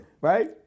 Right